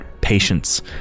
patience